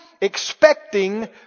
expecting